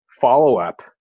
follow-up